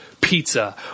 pizza